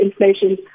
inflation